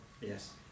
Yes